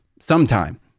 sometime